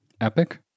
Epic